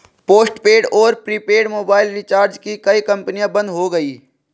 postpaid और prepaid mobile recharge की कई कंपनियां बंद हो गई